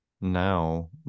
now